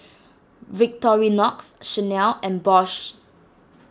Victorinox Chanel and Bosch